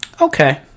okay